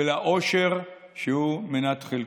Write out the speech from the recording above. ולאושר שהוא מנת חלקו.